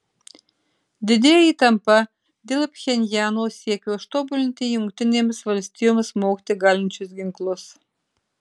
didėja įtampa dėl pchenjano siekio ištobulinti jungtinėms valstijoms smogti galinčius ginklus